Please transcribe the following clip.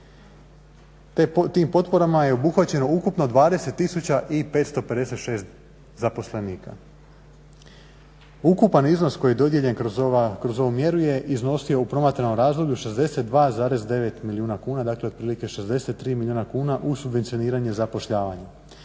Tim potporama je obuhvaćeno ukupno 20 tisuća i 556 zaposlenika. Ukupan iznos koji je dodijeljen kroz ovu mjeru je iznosio u promatranom razdoblju 62,9 milijuna kuna, dakle otprilike 63 milijuna kuna u subvencioniranje zapošljavanja.